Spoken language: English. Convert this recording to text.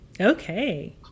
Okay